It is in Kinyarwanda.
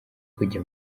kujya